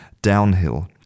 Downhill